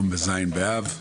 היום ז' באב.